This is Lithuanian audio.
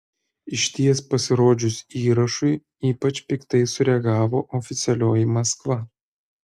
išties pasirodžius įrašui ypač piktai sureagavo oficialioji maskva